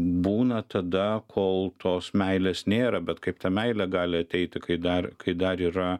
būna tada kol tos meilės nėra bet kaip ta meilė gali ateiti kai dar kai dar yra